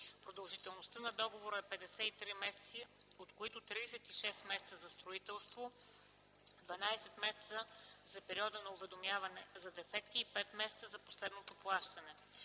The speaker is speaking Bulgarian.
Продължителността на договора е 53 месеца, от които 36 месеца за строителство, 12 месеца за периода за уведомяване за дефекти и 5 месеца за последното плащане.